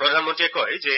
প্ৰধানমন্ত্ৰীয়ে কয় যে